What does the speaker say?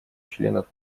членов